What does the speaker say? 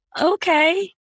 okay